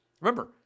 Remember